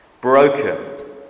Broken